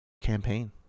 campaign